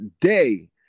day